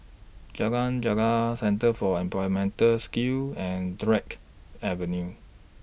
Jalan Gelegar Centre For Employability Skills and Drake Avenue